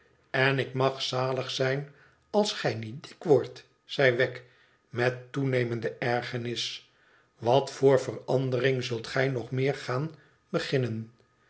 n ik mag zalig zijn als gij niet dik wordt zei wegg met toenemende ergernis wat voor verandering zult gij nog meer gaan beginnen